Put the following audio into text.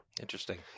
Interesting